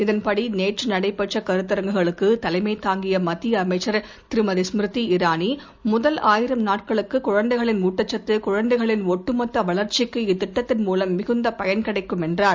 இதன்படி நேற்று நடைபெற்ற கருத்தரங்கங்களுக்கு தலைமை தாங்கிய மத்திய அமைச்சர் திருமதி ஸ்மிருதி இரானி முதல் ஆயிரம் நாட்களுக்கு குழந்தைகளின் ஊட்டச்சத்து குழந்தைகளின் ஒட்டு மொத்த வளர்ச்சிக்கு இத்திட்டத்தின் மூலம் மிகுந்த பயன் கிடைக்கும் என்றார்